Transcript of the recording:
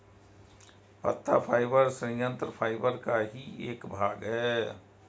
पत्ता फाइबर संयंत्र फाइबर का ही एक भाग है